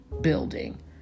building